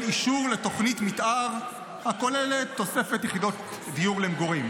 אישור לתוכנית מתאר הכוללת תוספת יחידות דיור למגורים?